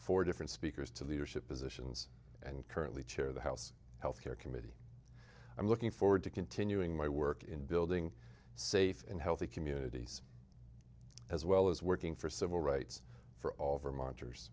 four different speakers to leadership positions and currently chair of the house health care committee i'm looking forward to continuing my work in building safe and healthy communities as well as working for civil rights for